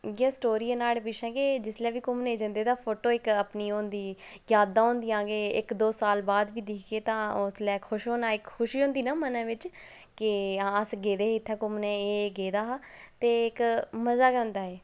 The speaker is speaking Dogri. इ'यै स्टोरी ऐ नुहाड़े पिच्छें कि जिसलै बी घुम्मने गी जंदे फोटू इक अपनी ओह् होंदी यादां होंदियां कि इक दो साल बाद बी दिखगे तां ओह् उसलै खुश होना इक खुशी होंदी ना मनै बिच कि हां अस गेदे हे उत्थै घुम्मने ई एह् गेदा हा ते इक मजा गै होंदा ऐ